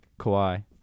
Kawhi